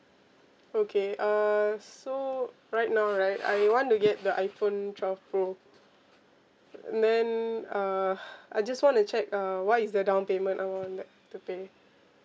okay uh so right now right I want to get the iphone twelve pro and then uh I just wanna check uh what is the downpayment I want like to pay